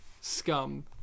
scum